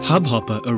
Hubhopper